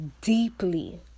deeply